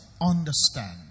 understand